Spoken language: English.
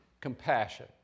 compassion